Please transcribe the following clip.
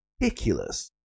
ridiculous